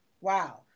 Wow